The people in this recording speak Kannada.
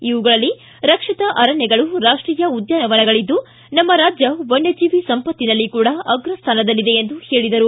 ಇವುಗಳಲ್ಲಿ ರಕ್ಷಿತ ಆರಣ್ಯಗಳು ರಾಷ್ಷೀಯ ಉದ್ಧಾನವನಗಳಿದ್ದು ನಮ್ಮ ರಾಜ್ಯ ವನ್ನಜೀವಿ ಸಂಪತ್ತಿನಲ್ಲಿ ಕೂಡ ಅಗ್ರಸ್ಥಾನದಲ್ಲಿದೆ ಎಂದು ಹೇಳಿದರು